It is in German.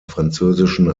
französischen